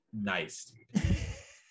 Nice